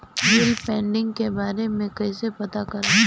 Bill pending के बारे में कईसे पता करब?